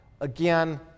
again